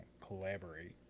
collaborate